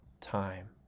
time